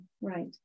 Right